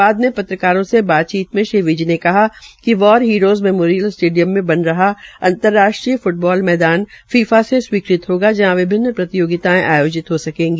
बाद में पत्रकारों से बातचीत में श्री विज ने कहा कि वार हीरोज मेमोरियल स्टेडियम में बन रहा अंतर्राष्ट्रीय फुटबाल मैदान फीफा से स्वीकृत होगा जहां विभिन्न प्रतियोगितायें आयोजित हो सकेगी